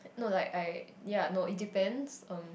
no like I ya no it depends um